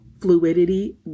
Fluidity